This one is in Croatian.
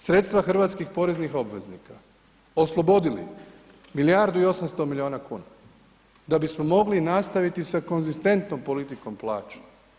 Sredstva hrvatskih poreznih obveznika oslobodili milijardu i 800 milijuna kuna da bismo mogli nastaviti sa konzistentnom politikom plaća.